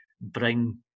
bring